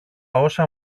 όσα